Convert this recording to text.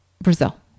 Brazil